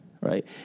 right